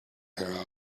her